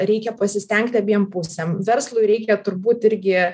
reikia pasistengti abiem pusėm verslui reikia turbūt irgi